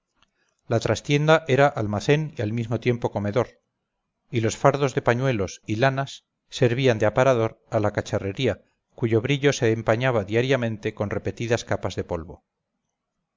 la trastienda era almacén y al mismo tiempo comedor y los fardos de pañuelos y lanas servían de aparador a la cacharrería cuyo brillo se empañaba diariamente con repetidas capas de polvo